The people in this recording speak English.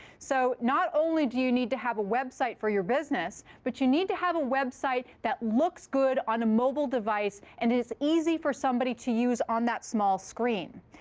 so not only do you need to have a website for your business, but you need to have a website that looks good on a mobile device and is easy for somebody to use on that small screen.